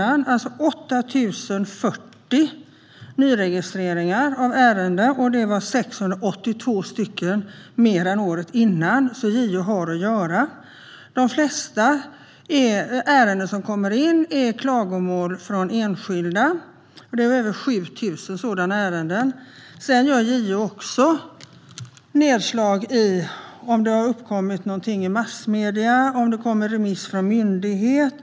Det innebär alltså 8 040 nyregistreringar av ärenden, vilket är 687 ärenden mer än året innan, så JO har att göra. De flesta ärenden som kommer in är klagomål från enskilda; det kom över 7 000 sådana ärenden. JO gör även nedslag exempelvis om något uppmärksammats i massmedierna och om det kommer remiss från någon myndighet.